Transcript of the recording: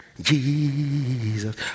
Jesus